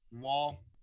wall